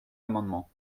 amendement